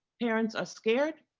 parents are scared.